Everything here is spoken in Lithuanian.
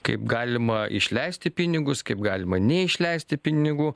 kaip galima išleisti pinigus kaip galima neišleisti pinigų